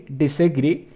disagree